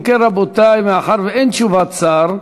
אם כן, רבותי, מאחר שאין תשובת שר,